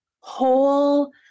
whole